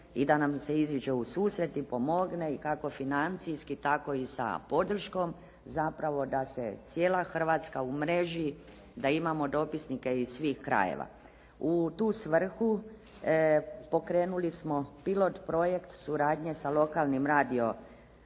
i da nam se iziđe u susret i pomogne kako financijski tako i sa podrškom zapravo da se cijela Hrvatska umreži, da imamo dopisnike iz svih krajeva. U tu svrhu pokrenuli smo pilot projekt suradnje sa lokalnim radio